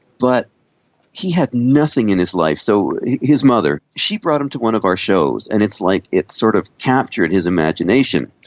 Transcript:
but he had nothing in his life, so his mother, she brought him to one of our shows, and it's like it sort of captured his imagination.